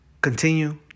continue